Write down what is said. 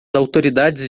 autoridades